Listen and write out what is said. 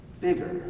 bigger